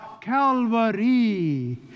Calvary